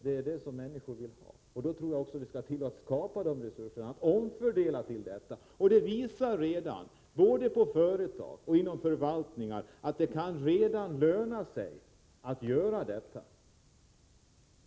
Det är det som människor vill ha, och då skall vi också skapa resurser genom att omfördela till detta ändamål. Det visar sig både i företag och inom förvaltningar att det redan kan löna sig att göra detta.